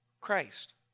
Christ